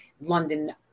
London